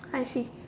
I see